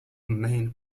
main